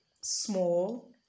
small